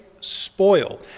spoil